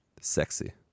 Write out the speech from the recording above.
Sexy